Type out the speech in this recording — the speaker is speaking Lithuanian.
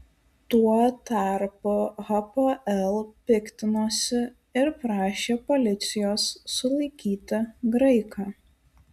tuo tarpu hapoel piktinosi ir prašė policijos sulaikyti graiką